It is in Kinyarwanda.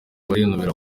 barinubira